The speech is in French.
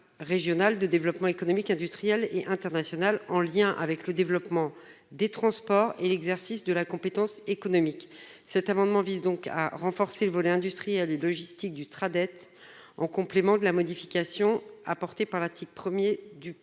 régional de développement économique, d'innovation et d'internationalisation, en lien avec le développement des transports et l'exercice de la compétence économique. Cet amendement vise donc à renforcer le volet industriel et logistique du Sraddet, en complément de la modification apportée par l'article 1 du